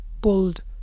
bold